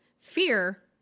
fear